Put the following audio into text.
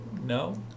no